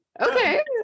okay